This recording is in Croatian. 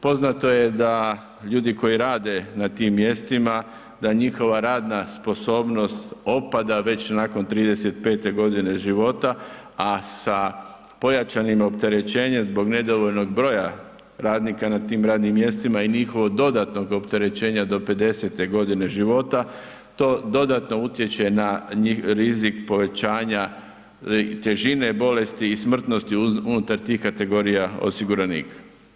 Poznato je da ljudi koji rade na tim mjestima, da njihova radna sposobnost opada već nakon 35. g. života, a sa pojačanim opterećenjem zbog nedovoljnog broja radnika na tim radnim mjestima i njihovog dodatnog opterećenja do 50. g. života, to dodatno utječe na rizik povećanja težine bolesti i smrtnosti unutar tih kategorija osiguranika.